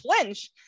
flinch